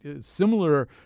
similar